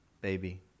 baby